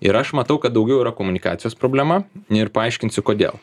ir aš matau kad daugiau yra komunikacijos problema ir paaiškinsiu kodėl